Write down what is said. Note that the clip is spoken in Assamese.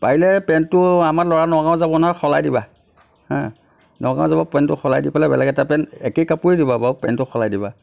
পাৰিলে পেণ্টটো আমাৰ ল'ৰা নগাঁও যাব নহয় সলাই দিবা হাঁ নগাঁও যাব পেণ্টটো সলাই দি পেলাই বেলেগ এটা পেণ্ট একেই কাপোৰেই দিবা বাৰু পেণ্টটো সলাই দিবা